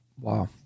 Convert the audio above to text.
Wow